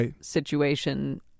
situation